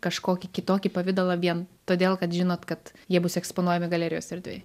kažkokį kitokį pavidalą vien todėl kad žinot kad jie bus eksponuojami galerijos erdvėj